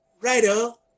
righto